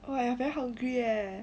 !wah! I very hungry leh